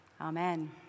Amen